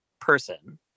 person